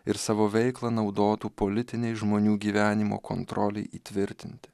ir savo veiklą naudotų politinei žmonių gyvenimo kontrolei įtvirtinti